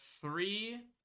three